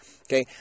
Okay